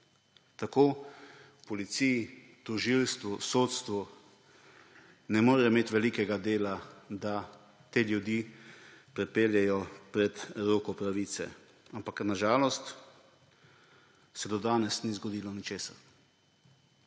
tako v policiji, tožilstvu, sodstvu, ne morejo imeti velikega dela, da te ljudi pripeljejo pred roko pravice. Ampak na žalost se do danes ni zgodilo ničesar.